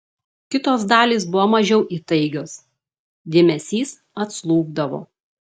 kitos dalys buvo mažiau įtaigios dėmesys atslūgdavo